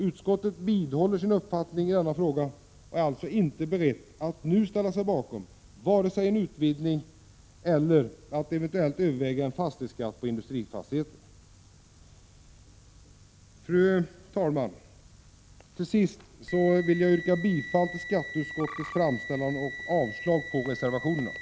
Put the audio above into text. Utskottet vidhåller sin uppfattning i denna fråga och är alltså inte berett att nu vare sig ställa sig bakom en utvidgning eller avstå ifrån att eventuellt överväga en fastighetsskatt på industrifastigheter. Fru talman! Till sist vill jag yrka bifall till skatteutskottets framställan och avslag på reservationerna.